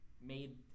made